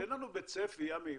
אבל תן לנו בצפי, עמי.